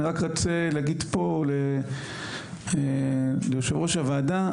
אני רק רוצה להגיד פה ליו"ר הוועדה,